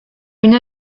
une